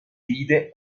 ride